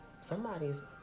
somebody's